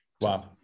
Wow